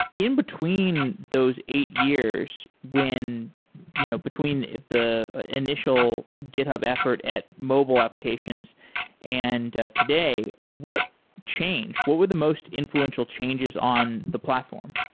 in between those eight years you know between the initial github effort at mobile applications and today, what change? what were the most influential changes on the platform?